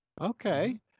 okay